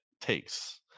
takes